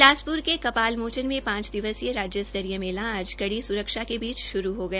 बिलासपुर के कपाल मोचन में पांच दिवसीय राज्य स्त्रीय मेला आज कड़ी सुरक्षा के बीच शुरू हो गया